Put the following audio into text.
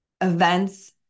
events